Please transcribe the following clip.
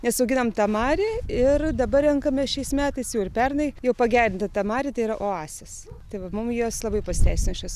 nes auginam tamari ir dabar renkamės šiais metais jau ir pernai jau pagerinti ten matėte yra oasis tai vat mum jos labai pasiteisino šios